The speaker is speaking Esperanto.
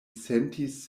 sentis